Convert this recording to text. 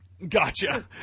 Gotcha